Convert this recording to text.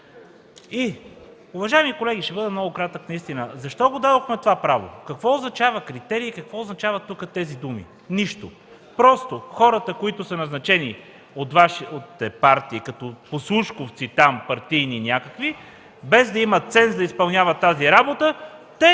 Уважаеми колеги, ще бъда наистина много кратък. Защо дадохме това право? Какво означава „критерии”, какво означават тези думи? Нищо! Просто хората, които са назначени от Вашите партии като послушковци там, партийни някакви, без да имат ценз да изпълняват тази работа, ще